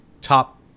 top